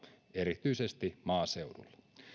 erityisesti maaseudulla